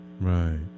Right